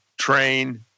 train